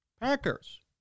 Packers